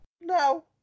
No